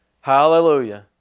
Hallelujah